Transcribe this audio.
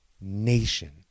nation